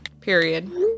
Period